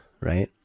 right